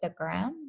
Instagram